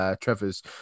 Trevor's